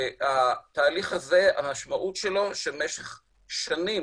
התהליך הזה, המשמעות שלו שמשך שנים